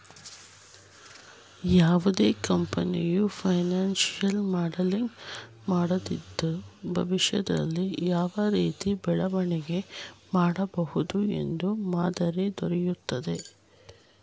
ಯಾವುದೇ ಕಂಪನಿಯು financial modelling ಮಾಡೋದ್ರಿಂದ ಭವಿಷ್ಯದಲ್ಲಿ ಯಾವ ರೀತಿಯ ಬೆಳವಣಿಗೆ ಮಾಡಬಹುದು ಎಂಬ ಮಾದರಿ ದೊರೆಯುತ್ತದೆ